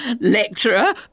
lecturer